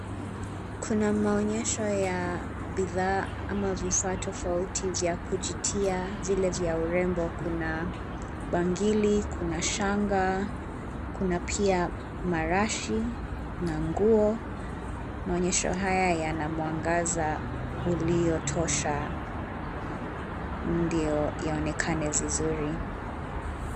Kuna maonyesho ya bidhaa ama vifaa tofauti vya kujitia; vile vya urembo kuna bangili, kuna shanga, kuna pia marashi na nguo. Maonyesho haya yana mwangaza ulio tosha ndio yaonekane vizuri.